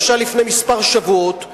למשל, לפני כמה שבועות נעצר,